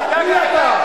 תפסיק גם אתה, גם כן.